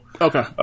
Okay